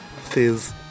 Fizz